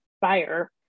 buyer